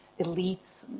elites